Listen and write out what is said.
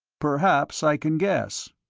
perhaps i can guess.